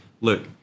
look